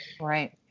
Right